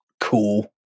cool